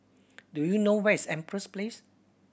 do you know where is Empress Place